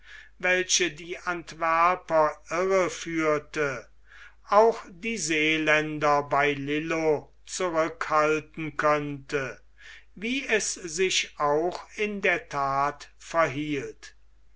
welche die antwerper irre führte auch die seeländer bei lillo zurückhalten könnte wie es sich auch in der that verhielt